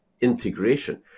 integration